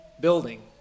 building